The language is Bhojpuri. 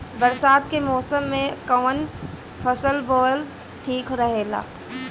बरसात के मौसम में कउन फसल बोअल ठिक रहेला?